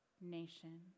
nation